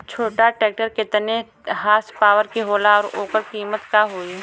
छोटा ट्रेक्टर केतने हॉर्सपावर के होला और ओकर कीमत का होई?